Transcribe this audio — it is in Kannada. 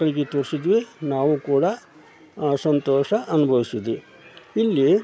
ಮಕ್ಕಳಿಗೆ ತೋರಿಸಿದ್ವಿ ನಾವು ಕೂಡ ಸಂತೋಷ ಅನುಭವ್ಸಿದ್ವಿ ಇಲ್ಲಿ